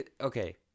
okay